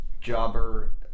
jobber